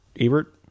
Ebert